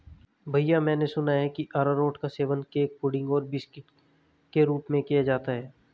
भैया मैंने सुना है कि अरारोट का सेवन केक पुडिंग और बिस्कुट के रूप में किया जाता है